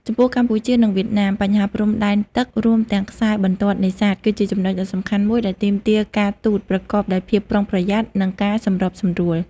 ចំពោះកម្ពុជា និងវៀតណាម បញ្ហាព្រំដែនទឹក រួមទាំងខ្សែបន្ទាត់នេសាទ គឺជាចំណុចដ៏សំខាន់មួយដែលទាមទារការទូតប្រកបដោយភាពប្រុងប្រយ័ត្ន និងការសម្របសម្រួល។